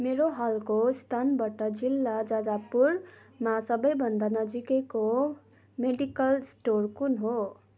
मेरो हालको स्थानबाट जिल्ला जाजापुरमा सबैभन्दा नजिकैको मेडिकल स्टोर कुन हो